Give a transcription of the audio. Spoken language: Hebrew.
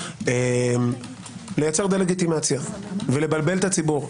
-- לייצר דה-לגיטימציה ולבלבל את הציבור.